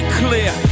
clear